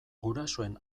gurasoen